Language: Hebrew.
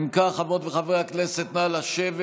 אם כך, חברות וחברי הכנסת, נא לשבת.